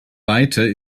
weite